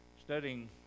studying